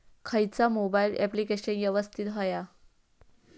खयचा mobile application यवस्तित होया?